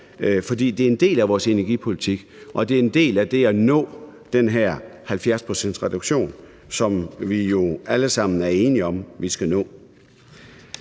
det er en del af vores energipolitik, og det er en del af det at nå den her 70-procentsreduktion, som vi jo alle sammen er enige om vi skal nå.